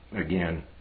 again